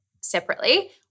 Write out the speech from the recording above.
separately